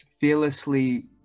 fearlessly